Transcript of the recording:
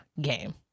game